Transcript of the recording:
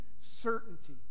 certainty